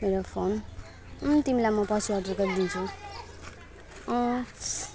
मेरो फोन तिमीलाई म पछि अर्डर गरिदिन्छु अँ